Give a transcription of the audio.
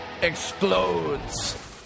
explodes